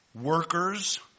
Workers